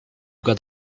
got